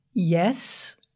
Yes